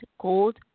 gold